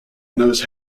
knows